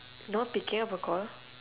not picking up a call